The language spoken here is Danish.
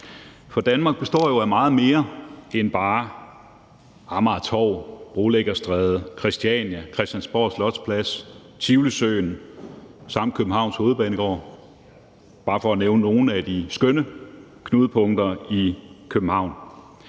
Danmark består jo af meget mere end bare Amagertorv, Brolæggerstræde, Christiania, Christiansborg Slotsplads, Tivolisøen og Københavns Hovedbanegård – bare for at nævne nogle af de skønne knudepunkter i København.